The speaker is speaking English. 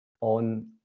on